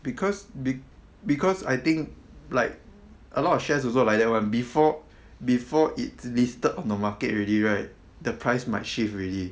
because be~ because I think like a lot of shares also like that one before before it listed on the market already right the price might shift already